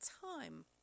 time